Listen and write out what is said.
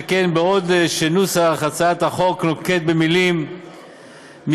שכן בעוד נוסח הצעת החוק נוקט את המילים "מסמכים